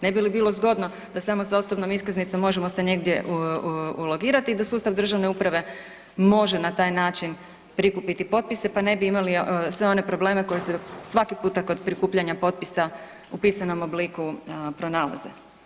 Ne bi li bilo zgodno da samo sa osobnom iskaznicom možemo se negdje ulogirati i da sustav državne uprave može na taj način prikupiti potpise, pa ne bi imali sve one probleme koji se svaki puta kod prikupljanja potpisa u pisanom obliku pronalaze.